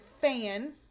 fan